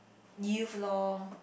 youth lor